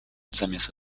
zamiast